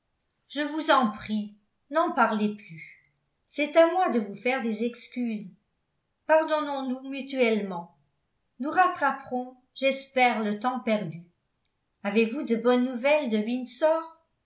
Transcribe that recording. je vous en prie n'en parlez plus c'est à moi de vous faire des excuses pardonnons nous mutuellement nous rattraperons j'espère le temps perdu avez-vous de bonnes nouvelles de windsor